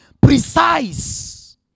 Precise